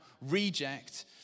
reject